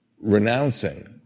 renouncing